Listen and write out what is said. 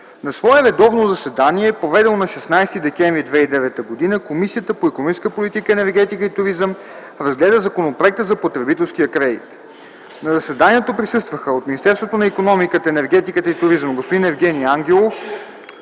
На свое редовно заседание, проведено на 16 декември 2009 г., Комисията по икономическата политика, енергетика и туризъм разгледа Законопроекта за потребителския кредит. На заседанието присъстваха: от Министерството на икономиката, енергетиката и туризма: господин Евгени Ангелов